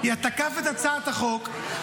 תקף את הצעת החוק,